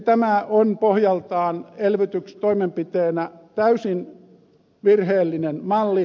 tämä on pohjaltaan elvytystoimenpiteenä täysin virheellinen malli